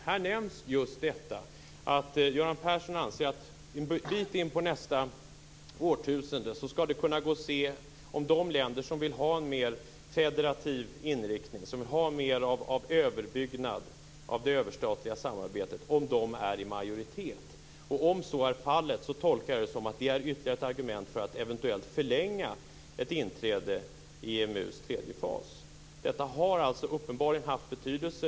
Här nämns just detta att Göran Persson anser att en bit in på nästa årtusende skall det kunna gå att se om de länder som vill ha en mer federativ inriktning, som vill ha mer av överbyggnad av det överstatliga samarbetet, är i majoritet. Om så är fallet är det ytterligare ett argument för att eventuellt senarelägga ett inträde i EMU:s tredje fas. Så tolkar jag detta. Detta har alltså uppenbarligen haft betydelse.